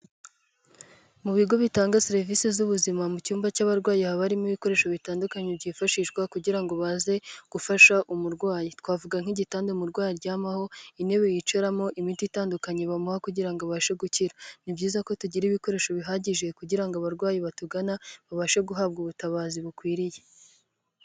Mu bigo bitanga serivise z'ubuzima mu cyumba cy'abarwayi, haba harimo ibikoresho bitandukanye, byifashishwa kugira ngo baze gufasha umurwayi, twavuga nk'igitanda umurwayi aryamaho, intebe yicaramo, imiti itandukanye bamuha kugira ngo abashe gukira, ni byiza ko tugira ibikoresho bihagije kugira ngo abarwayi batugana, babashe guhabwa ubutabazi bukwiriye.